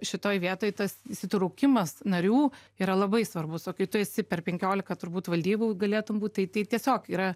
šitoj vietoj tas įsitraukimas narių yra labai svarbus o kai tu esi per penkiolika turbūt valdybų galėtum būt tai tai tiesiog yra